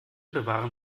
bewahren